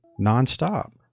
nonstop